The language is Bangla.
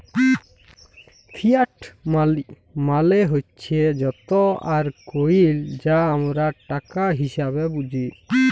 ফিয়াট মালি মালে হছে যত আর কইল যা আমরা টাকা হিসাঁবে বুঝি